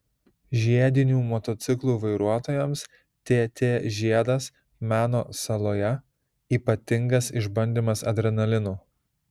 žiedinių motociklų vairuotojams tt žiedas meno saloje ypatingas išbandymas adrenalinu